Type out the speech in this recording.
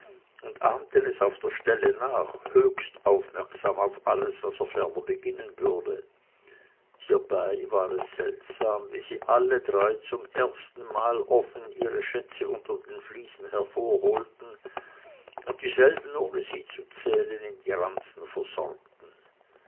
und ahmten es auf der stelle nach höchst aufmerksam auf alles was er ferner beginnen würde hiebei war es seltsam wie sie alle drei zum ersten mal offen ihre schätze unter den fliesen hervorholten und dieselben ohne sie zu zählen in die ranzen versorgten